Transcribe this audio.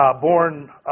Born